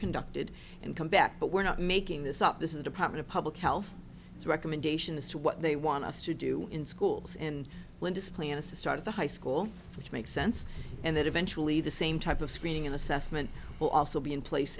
conducted and come back but we're not making this up this is a department of public health it's a recommendation as to what they want us to do in schools and when display in a society the high school which makes sense and that eventually the same type of screening in assessment will also be in place